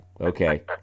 okay